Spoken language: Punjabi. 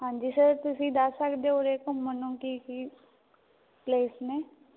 ਹਾਂਜੀ ਸਰ ਤੁਸੀਂ ਦੱਸ ਸਕਦੇ ਉਰੇ ਘੁੰਮਣ ਨੂੰ ਕੀ ਕੀ ਪਲੇਸ ਨੇ